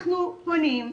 אנחנו פונים,